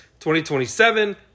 2027